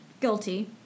guilty